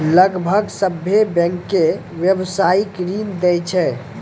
लगभग सभ्भे बैंकें व्यवसायिक ऋण दै छै